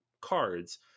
cards